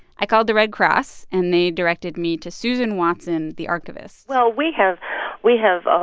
i called the red cross, and they directed me to susan watson, the archivist well, we have we have ah